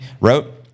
wrote